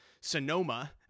Sonoma